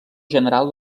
general